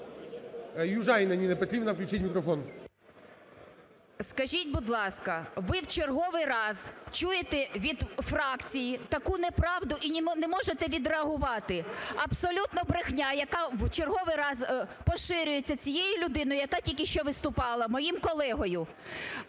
Южаніна Ніна Петрівна. Включіть мікрофон. 16:17:59 ЮЖАНІНА Н.П. Скажіть, будь ласка, ви в черговий раз чуєте від фракції таку неправду – і не можете відреагувати. Абсолютна брехня, яка в черговий раз поширюється цією людиною, яка тільки що виступала, моїм колегою,